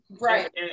Right